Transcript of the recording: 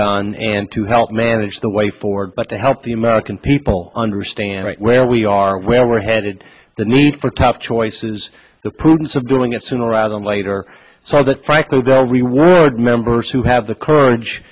done and to help manage the way forward but to help the american people understand where we are where we're headed the need for tough choices the prudence of doing it sooner rather than later so that frankly they will reward members who have the courage